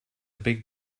big